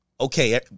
okay